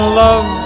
love